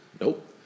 Nope